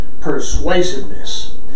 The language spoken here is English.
persuasiveness